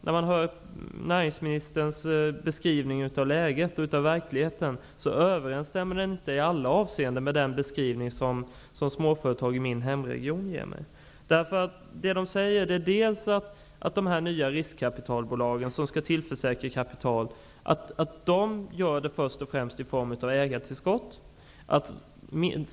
När man hör näringsministerns beskrivning av läget och verkligheten kan man tyvärr till viss del märka att den inte överensstämmer i alla avseenden med den beskrivning som småföretag i min hemregion ger mig. De nya riskkapitalbolag som skall tillförsäkra tillgång på kapital gör det först och främst genom ägartillskott.